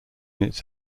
its